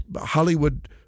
Hollywood